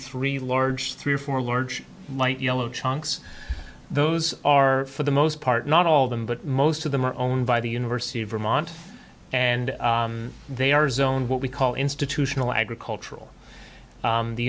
three large three or four large light yellow chunks those are for the most part not all of them but most of them are owned by the university of vermont and they are zone what we call institutional agricultural